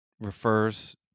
refers